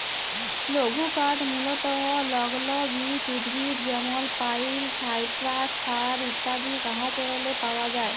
লঘুকাঠ মূলতঃ লগ্ল বিচ উদ্ভিদ যেমল পাইল, সাইপ্রাস, ফার ইত্যাদি গাহাচেরলে পাউয়া যায়